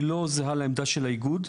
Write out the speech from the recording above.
היא לא זהה לעמדה של האיגוד.